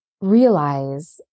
realize